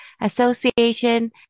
Association